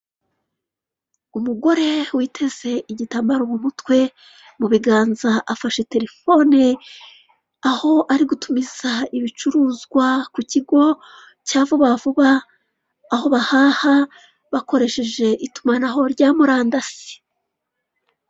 Umugore witeze igitambaro mumutwe, mubiganza afashe telefone aho ari gutumiza ibicuruzwa kukigo cya vuba vuba, aho bahaha bakoresheje itumanaho rya murandasi.